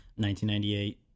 1998